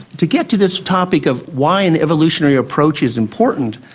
to get to this topic of why an evolutionary approach is important,